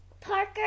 Parker